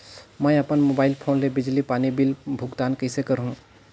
मैं अपन mobile phone ले बिजली पानी बिल भुगतान कइसे कर सकहुं?